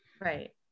Right